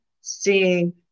seeing